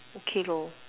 okay lah